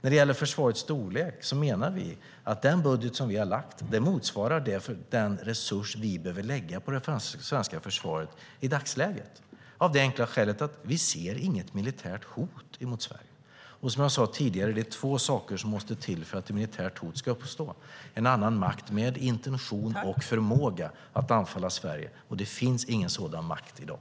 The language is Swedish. Vad gäller försvarets storlek menar vi att den budget vi har lagt motsvarar den resurs vi behöver lägga på det svenska försvaret i dagsläget, för vi ser inget militärt hot mot Sverige. För att ett militärt hot ska uppstå måste det finnas en annan makt med intention och förmåga att anfalla Sverige, och det finns ingen sådan makt i dag.